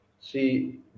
See